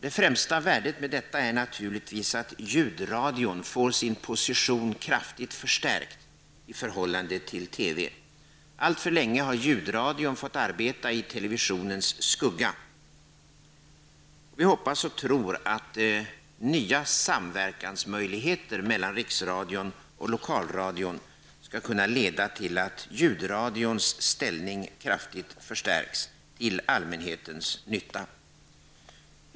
Det främsta värdet med detta är naturligtvis att ljudradion får sin position kraftigt förstärkt i förhållande till televisionen. Alltför länge har ljudradion fått arbeta i televisionens skugga. Vi hoppas och tror att nya samverkansmöjligheter mellan Riksradion och Lokalradion skall kunna leda till att ljudradions ställning kraftigt förstärks till allmänhetens nytta.